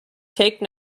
take